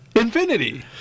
Infinity